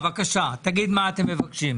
בבקשה, תגיד מה אתם מבקשים.